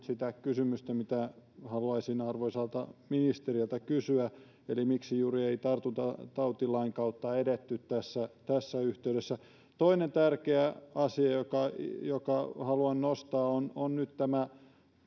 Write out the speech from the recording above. sitä kysymystä mitä haluaisin arvoisalta ministeriltä kysyä eli miksi juuri ei tartuntatautilain kautta edetty tässä yhteydessä toinen tärkeä asia jonka haluan nostaa on nyt tämä